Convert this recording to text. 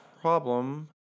problem